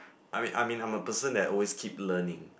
I mean I mean I'm a person that always keep learning